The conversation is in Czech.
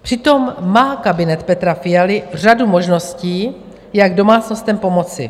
Přitom má kabinet Petra Fialy řadu možností, jak domácnostem pomoci.